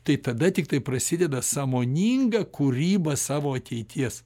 tai tada tiktai prasideda sąmoninga kūryba savo ateities